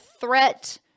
threat